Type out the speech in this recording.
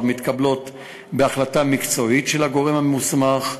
מתקבלות בהחלטה מקצועית של הגורם המוסמך,